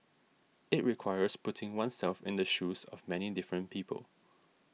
it requires putting oneself in the shoes of many different people